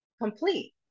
complete